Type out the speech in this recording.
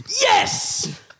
Yes